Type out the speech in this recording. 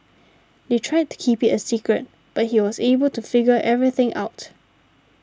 they tried to keep it a secret but he was able to figure everything out